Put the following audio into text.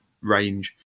range